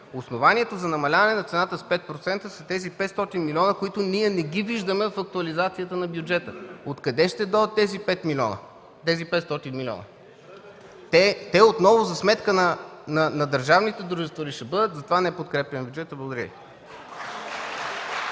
Основанието за намаляване на цената с 5% са тези 500 милиона, които ние не ги виждаме в актуализацията на бюджета. Откъде ще дойдат тези 500 милиона? (Шум и реплики.) Те отново за сметка на държавните дружества ли ще бъдат?! Затова не подкрепяме бюджета. Благодаря Ви.